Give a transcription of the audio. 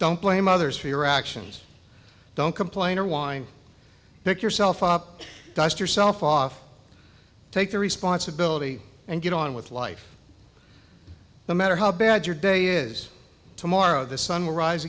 don't blame others for your actions don't complain or whine pick yourself up dust yourself off take the responsibility and get on with life no matter how bad your day is tomorrow the sun